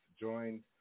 joined